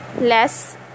less